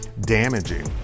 damaging